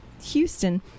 houston